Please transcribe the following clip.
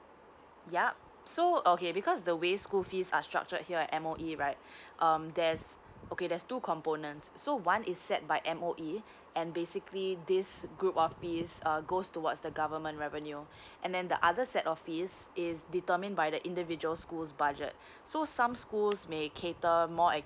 yup so okay because the way school fees are structured here M_O_E right um there's okay there's two components so one is set by M_O_E and basically this group of this err goes towards the government revenue and then the other set of fees is determined by the individual school's budget so some schools may cater more and